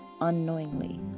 unknowingly